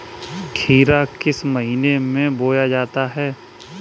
खीरा किस महीने में बोया जाता है?